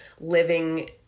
living